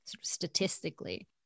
statistically